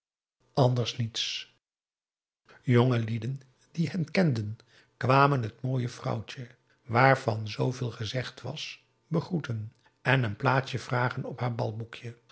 jonge lieden die hen kenden kwamen het mooie vrouwtje waarvan zooveel gezegd was begroeten en een plaatsje vragen op haar balboekje